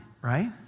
right